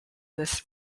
this